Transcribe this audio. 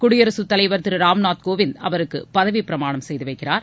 குடியரசுத்தலைள் திரு ராம்நாத் கோவிந்த் அவருக்கு பதவிப் பிரமாணம் செய்து வைக்கிறார்